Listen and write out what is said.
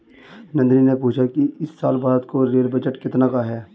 नंदनी ने पूछा कि इस साल भारत का रेल बजट कितने का है?